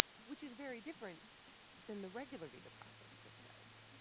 which is very different than the regular visa process, chris says.